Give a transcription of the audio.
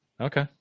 Okay